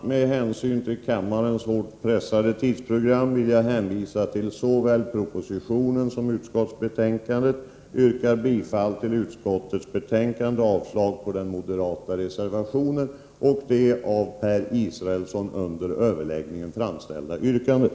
Med hänsyn till kammarens hårt pressade tidsprogram vill jag hänvisa till såväl propositionen som utskottsbetänkandet. Jag yrkar bifall till utskottets hemställan och avslag på den moderata reservationen och det av Per Israelsson under överläggningen framställda yrkandet.